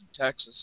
Texas